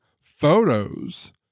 photos